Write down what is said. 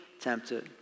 tempted